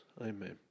Amen